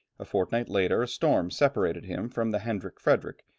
a fortnight later, a storm separated him from the hendrik fredrik,